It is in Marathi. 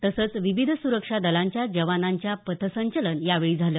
तसंच विविध सुरक्षा दलांच्या जवानांचं पथसंचलन यावेळी झालं